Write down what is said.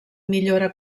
millora